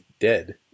dead